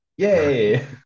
Yay